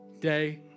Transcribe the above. Day